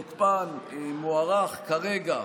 תוקפן מוארך כרגע